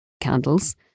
candles